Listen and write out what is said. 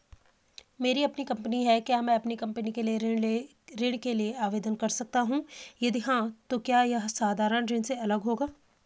मेरी अपनी कंपनी है क्या मैं कंपनी के लिए ऋण के लिए आवेदन कर सकता हूँ यदि हाँ तो क्या यह साधारण ऋण से अलग होगा?